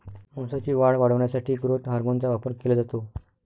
मांसाची वाढ वाढवण्यासाठी ग्रोथ हार्मोनचा वापर केला जातो